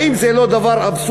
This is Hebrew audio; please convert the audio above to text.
האם זה לא דבר אבסורדי?